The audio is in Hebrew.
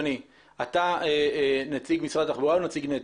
אתה נציג משרד התחבורה או נציג נת"ע?